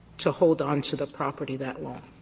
to hold on to the property that long?